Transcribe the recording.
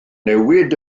newid